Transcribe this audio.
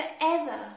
forever